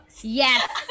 Yes